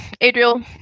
Adriel